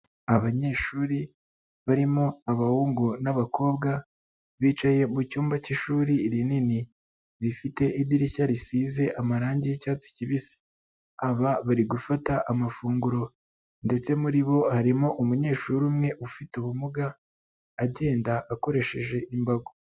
Abanyeshuri barimo abahungu n'abakobwa, bicaye mu cyumba cy'ishuri rinini, rifite idirishya risize amarangi y'icyatsi kibisi, aba bari gufata amafunguro ndetse muri bo harimo umunyeshuri umwe ufite ubumuga, agenda akoresheje imbago.